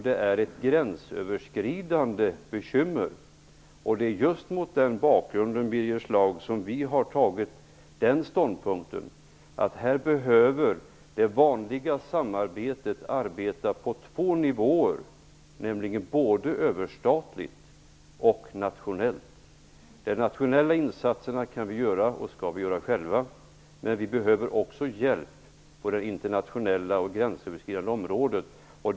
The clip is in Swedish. Det är ett gränsöverskridande bekymmer, och det är just mot den bakgrunden, Birger Schlaug, som vi har intagit ståndpunkten att det behövs samarbete på två nivåer, både överstatligt och nationellt. De nationella insatserna kan och skall vi göra själva, men vi behöver också hjälp på det internationella och gränsöverskridande området.